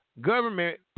government